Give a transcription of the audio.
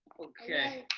okay.